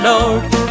Lord